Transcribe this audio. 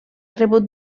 rebut